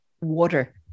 water